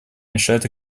мешают